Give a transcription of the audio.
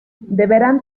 deberán